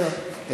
טוב.